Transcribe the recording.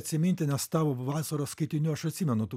atsiminti nes tavo vasaros skaitinių aš atsimenu tu